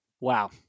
Wow